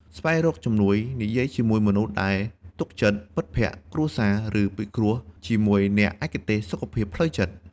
ស្វែងរកជំនួយ និយាយជាមួយមនុស្សដែលទុកចិត្ត (មិត្តភក្តិ ក្រុមគ្រួសារ) ឬពិគ្រោះជាមួយអ្នកឯកទេសសុខភាពផ្លូវចិត្ត។